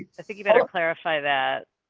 i think you better clarify that.